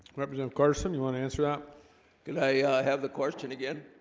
represent of course them you want to answer out could i have the question again?